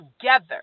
together